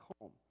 home